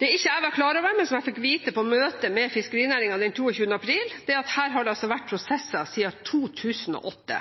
jeg ikke var klar over, men som jeg fikk vite på et møte med fiskerinæringen den 22. april, er at det altså har vært prosesser siden 2008.